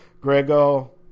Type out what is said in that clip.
Grego